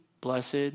blessed